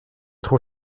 trop